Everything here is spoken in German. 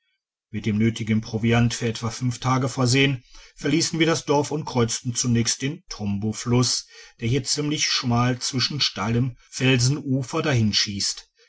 mit dem nötigen proviant für etwa fünf tage versehen verliessen wir das dorf und kreuzten zunächst dentombofluss der hier ziemlich schmal zwischen steilem felsenufer dahinschiesst